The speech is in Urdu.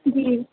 جی